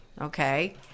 okay